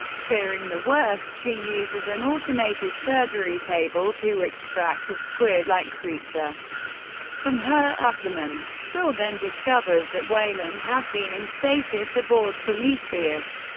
fearing the worst, she uses an automated surgery table to extract a squid-like creature from her abdomen. shaw then discovers that weyland has been in stasis aboard prometheus.